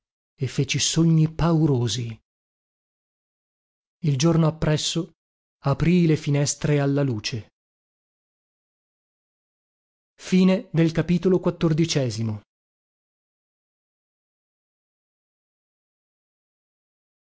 e feci sogni paurosi il giorno appresso aprii le finestre alla luce e